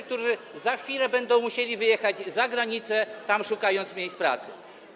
którzy za chwilę będą musieli wyjechać za granicę i szukać tam miejsc pracy.